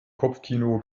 kopfkino